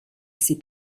ses